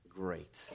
great